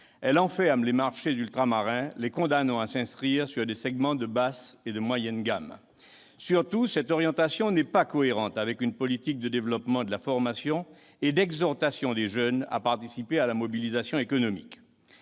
elle enferme les marchés ultramarins, les condamnant à s'inscrire sur des segments de basse et de moyenne gamme. Surtout, cette orientation n'est pas cohérente avec une politique de développement de la formation et d'exhortation des jeunes à participer à la mobilisation économique.